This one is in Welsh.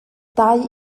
dau